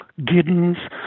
Giddens